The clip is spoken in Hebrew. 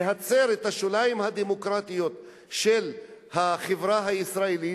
להצר את השוליים הדמוקרטיים של החברה הישראלית,